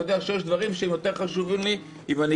יודע שיש דברים שהם יותר חשובים לי אם אני